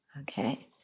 Okay